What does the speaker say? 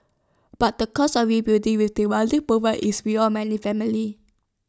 but the cost of rebuilding with the money provided is beyond many families